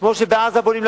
כמו שבעזה בונים לגובה,